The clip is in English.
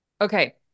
Okay